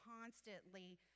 constantly